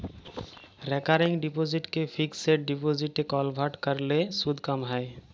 recurring ডিপসিটকে fixed ডিপসিটে convert ক্যরলে সুদ ক্যম হ্যয়